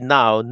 now